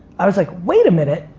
i was like, wait a minute,